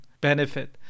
benefit